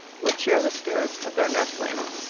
will cheer the spirits of their nestlings.